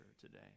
today